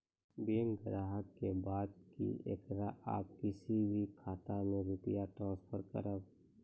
Bank ग्राहक के बात की येकरा आप किसी भी खाता मे रुपिया ट्रांसफर करबऽ?